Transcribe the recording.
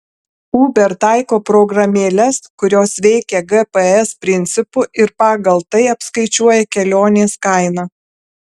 uber taiko programėles kurios veikia gps principu ir pagal tai apskaičiuoja kelionės kainą